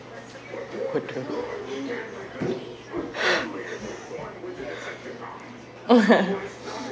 bodoh